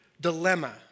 dilemma